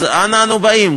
אז אנה אנו באים?